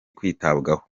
kwitabwaho